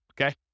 okay